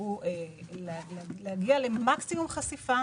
הוא להגיע למקסימום חשיפה